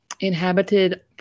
inhabited